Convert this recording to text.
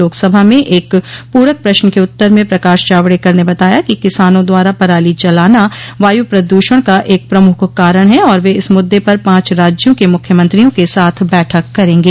लोकसभा में एक पूरक प्रश्न के उत्तर में प्रकाश जावड़ेकर ने बताया कि किसानों द्वारा पराली जलाना वायु प्रदूषण का एक प्रमुख कारण है और वे इस मुद्दे पर पांच राज्यों के मुख्यमंत्रियों के साथ बैठक करेंगे